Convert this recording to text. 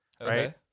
right